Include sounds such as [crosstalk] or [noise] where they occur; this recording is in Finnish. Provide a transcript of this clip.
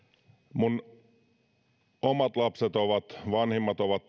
minun omat vanhimmat lapseni ovat [unintelligible]